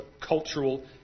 cultural